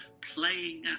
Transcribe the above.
playing